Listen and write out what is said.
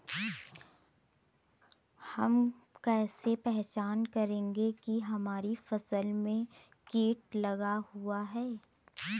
हम कैसे पहचान करेंगे की हमारी फसल में कीट लगा हुआ है?